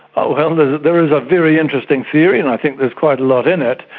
ah well, there is a very interesting theory, and i think there's quite a lot in it,